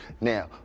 Now